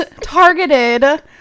targeted